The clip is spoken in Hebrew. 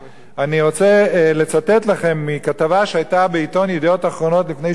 אני רוצה לצטט לכם מכתבה שהיתה בעיתון "ידיעות אחרונות" לפני שבוע,